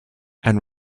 and